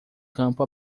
campo